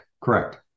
correct